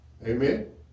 Amen